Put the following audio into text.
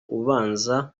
ubanza